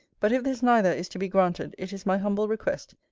but if this, neither, is to be granted, it is my humble request,